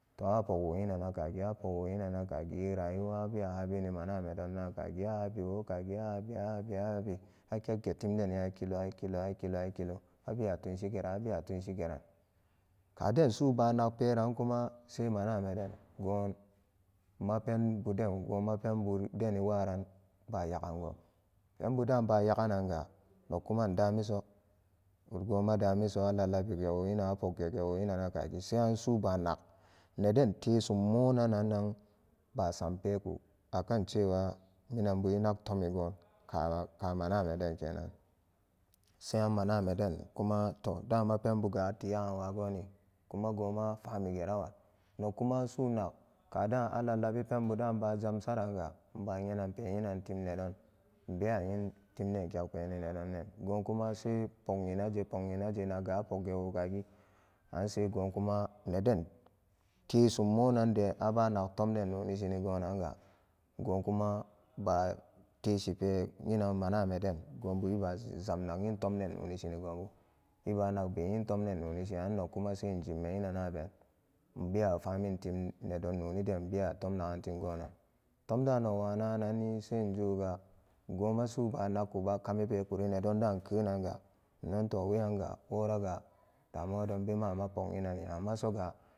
To an apogwa enana kagi an apogwo enana kagi e rayuwa abewa habini maname donda kagi ahabiwo kagi ahabi ahabi ahabi akegetimdene hakkilo hakkilo hakkilo hakkilo abewa temshi geran abewa tunshi geran kadensuba nagperankuma sai maname den gonma penduden goma pendudeni waran banyagango penbuda bu nyaganan ga nukkuma indamiso but-goma dumiso alallabiwo inan a poggege wo inan a kagi sai ansubanag neden tesummonanannan basampeku akan cewa minanbu enagtomigo ka-ka manamden kenan sai an manameden kuma to dama penbuga atti nyagan wagoni kuma goma famigerawa nokkuma sunag kada alallabi penbuda ba zamsaranga inbu nyenan pe inan tim nedon inbewa in timden kek peni nedonden gokuma sai pog enaje pog enaje nagga apogge wokagi ansai gokuma neden tesummonande abanag tomden nonishina gonanga gonkuma ba-teshipe inan manameden gonbu iba za-zam tang intomden nonishini gobu ebanagbe intomden nonishi annog kuma sai injeme inanaben inbewa fumintim nedonnoniden inbewa tom nagan timgonan tomda nogwanaga nanni sai inzuguga goma suba nagku bakamipekuri nedonda inkenanga innoto weyariga woraga damuwa don be mama pog enanani amma soga.